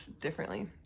differently